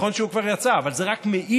נכון שהוא כבר יצא, אבל זה רק מעיד